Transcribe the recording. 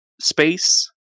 space